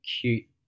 cute